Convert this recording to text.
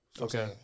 Okay